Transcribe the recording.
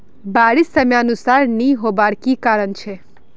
बारिश समयानुसार नी होबार की कारण छे?